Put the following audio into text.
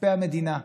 כספי המדינה.